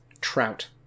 Trout